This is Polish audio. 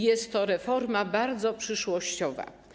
Jest to reforma bardzo przyszłościowa.